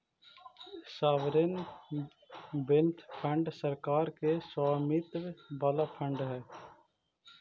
sovereign wealth fund सरकार के स्वामित्व वाला फंड हई